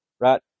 right